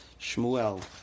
Shmuel